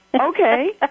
Okay